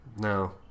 No